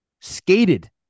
skated